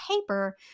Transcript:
paper